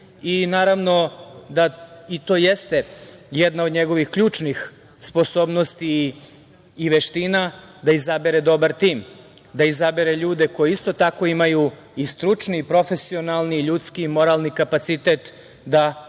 Naravno, i to jeste jedna od njegovih ključnih sposobnosti i veština, da izabere dobar tim, da izabere ljude koji isto tako imaju i stručni i profesionalni, ljudski i moralni kapacitet da urade